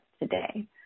today